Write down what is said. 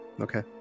Okay